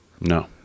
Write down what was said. No